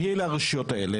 מי אלו הרשויות האלה?